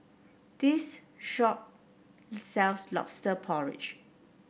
this shop sells lobster porridge